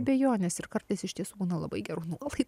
abejonės ir kartais iš tiesų būna labai gerų nuolaidų